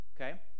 okay